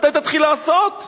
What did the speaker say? מתי תתחיל לעשות?